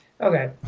Okay